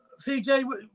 CJ